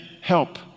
help